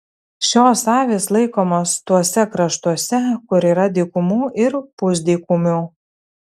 šios avys laikomos tuose kraštuose kur yra dykumų ar pusdykumių